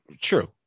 True